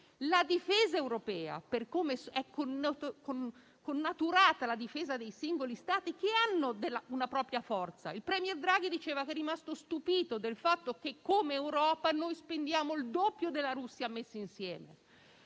alla difesa europea, per come è connaturata la difesa dei singoli Stati, che hanno una propria forza - il *premier* Draghi diceva di essere rimasto stupito del fatto che, come Europa, noi spendiamo il doppio della Russia intera